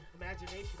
imagination